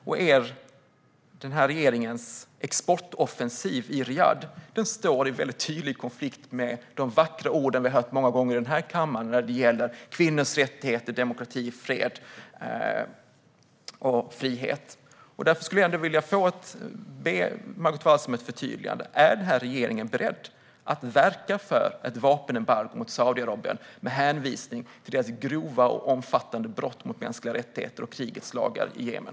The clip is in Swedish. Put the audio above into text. Och den här regeringens exportoffensiv i Riyadh står i mycket tydlig konflikt med de vackra ord som vi har hört många gånger i denna kammare när det gäller kvinnors rättigheter, demokrati, fred och frihet. Därför skulle jag vilja be Margot Wallström om ett förtydligande. Är denna regering beredd att verka för ett vapenembargo mot Saudiarabien, med hänvisning till deras grova och omfattande brott mot mänskliga rättigheter och krigets lagar i Jemen?